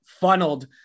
funneled